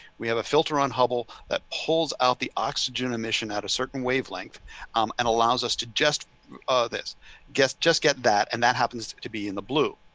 we have a filter on hubble that pulls out the oxygen emission at a certain wavelength um and allows us to just this guess, just get that. and that happens to be in the blue.